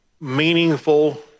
meaningful